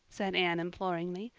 said anne imploringly.